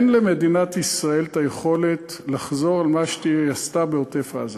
אין למדינת ישראל יכולת לחזור על מה שהיא עשתה בעוטף-עזה.